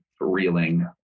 reeling